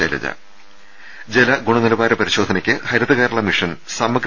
ശൈലജ ജല ഗുണനിലവാര പരിശോധനയ്ക്ക് ഹരിത കേരള മിഷൻ സമഗ്ര